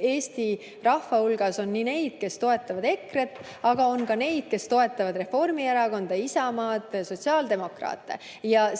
Eesti rahva hulgas on nii neid, kes toetavad EKRE‑t, kui ka neid, kes toetavad Reformierakonda, Isamaad, sotsiaaldemokraate.